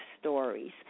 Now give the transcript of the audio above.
stories